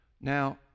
Now